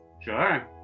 Sure